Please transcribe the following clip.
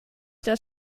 das